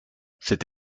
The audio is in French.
cette